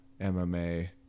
MMA